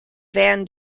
van